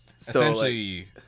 Essentially